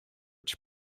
its